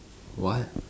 what